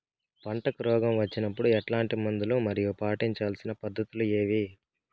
పంటకు రోగం వచ్చినప్పుడు ఎట్లాంటి మందులు మరియు పాటించాల్సిన పద్ధతులు ఏవి?